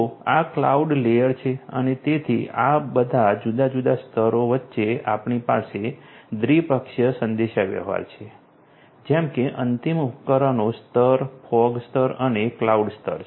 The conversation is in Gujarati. તો આ ક્લાઉડ લેયર છે અને તેથી આ બધા જુદા જુદા સ્તરો વચ્ચે આપણી પાસે દ્વિપક્ષીય સંદેશાવ્યવહાર છે જેમ કે અંતિમ ઉપકરણો સ્તર ફોગ સ્તર અને ક્લાઉડ સ્તર